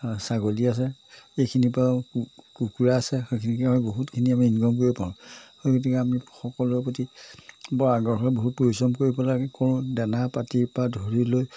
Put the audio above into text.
ছাগলী আছে এইখিনিৰ পৰাও কুকুৰা আছে সেইখিনিকে আমি বহুতখিনি আমি ইনকম কৰিব পাৰোঁ সেই গতিকে আমি সকলোৰে প্ৰতি বৰ আগ্ৰহেৰে বহুত পৰিশ্ৰম কৰিব লাগে কৰোঁ দানা পাতি পৰা ধৰি লৈ